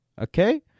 okay